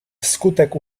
wskutek